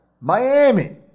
Miami